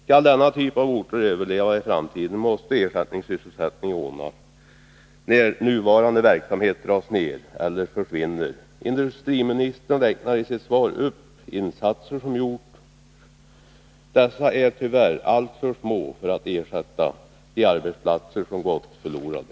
Skall denna typ av orter överleva i framtiden, måste ersättningssysselsättning ordnas när nuvarande verksamhet dras ned eller försvinner. Industriministern räknar i sitt svar upp insatser som gjorts. Dessa är tyvärr alltför små för att man skall kunna ersätta de arbetsplatser som gått förlorade.